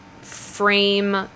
frame